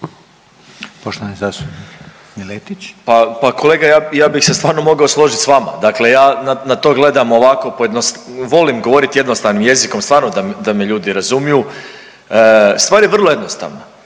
Pa, pa kolega ja, ja bih se stvarno mogao složit s vama, dakle ja na to gledam ovako pojednost…, volim govorit jednostavnim jezikom stvarno da me ljudi razumiju. Stvar je vrlo jednostavna,